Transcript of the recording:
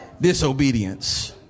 disobedience